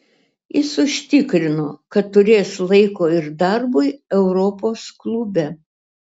jis užtikrino kad turės laiko ir darbui europos klube